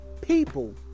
people